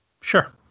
Sure